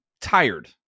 tired